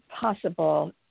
possible